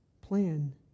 plan